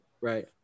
Right